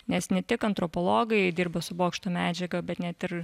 nes ne tik antropologai dirba su bokšto medžiaga bet net ir